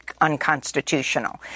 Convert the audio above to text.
unconstitutional